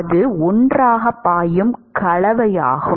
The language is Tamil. அது ஒன்றாகப் பாயும் கலவையாகும்